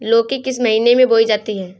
लौकी किस महीने में बोई जाती है?